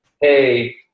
Hey